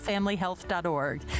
familyhealth.org